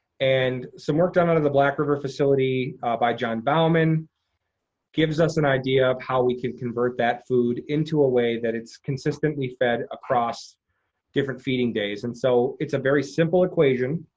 and some work done under the black river facility by john bauman gives us an idea of how we can convert that food into a way that it's consistently fed across different feeding days. and so it's a very simple equation,